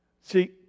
See